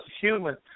human